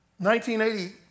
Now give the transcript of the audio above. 1980